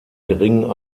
geringen